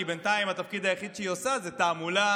כי בינתיים התפקיד היחיד שהיא עושה הוא תעמולה